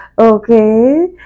Okay